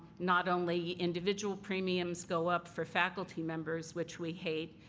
not only individual premiums go up for faculty members, which we hate,